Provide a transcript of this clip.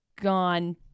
gone